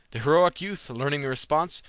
the heroic youth, learning the response,